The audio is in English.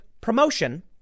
promotion